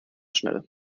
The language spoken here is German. schnell